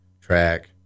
track